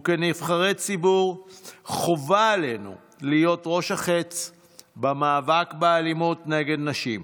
וכנבחרי ציבור חובה עלינו להיות ראש החץ במאבק באלימות נגד נשים.